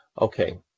Okay